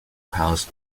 house